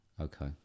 Okay